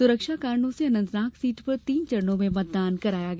सुरक्षा कारणों से अनंतनाग सीट पर तीन चरणों में मतदान कराया गया